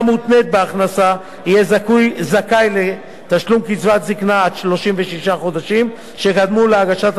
בהכנסה יהיה זכאי לתשלום קצבת זיקנה עד 36 חודשים שקדמו להגשת התביעה,